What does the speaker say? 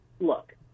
Look